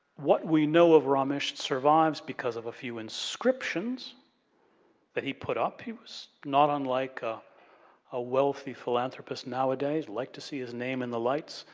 what we know of ra-misht survives because of a few inscriptions that he put up. he was not unlike ah a wealthy philanthropist nowadays, liked to see his name in the lights.